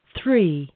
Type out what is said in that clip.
three